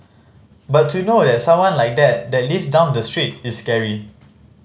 but to know that someone like that lives down the street is scary